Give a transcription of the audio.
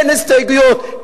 אין הסתייגויות,